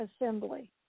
assembly